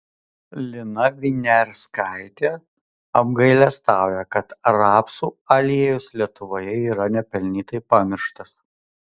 lina viniarskaitė apgailestauja kad rapsų aliejus lietuvoje yra nepelnytai pamirštas